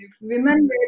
women